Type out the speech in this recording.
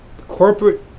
Corporate